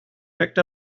picked